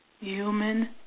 human